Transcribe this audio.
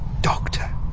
Doctor